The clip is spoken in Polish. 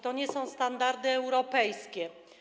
To nie są standardy europejskie.